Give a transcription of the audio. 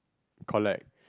collect